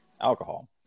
alcohol